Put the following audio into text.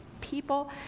people